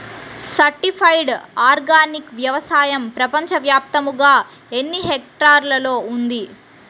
Certified organic వ్యవసాయం ప్రపంచ వ్యాప్తముగా ఎన్నిహెక్టర్లలో ఉంది?